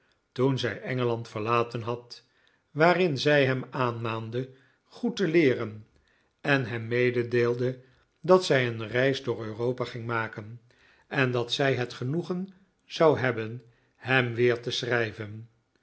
toen zij engeland verlaten had waarin zij hem aanmaande goed te leeren en hem mededeelde dat zij een reis door europa ging maken en dat zij het genoegen zou hebben hem weer te schrijven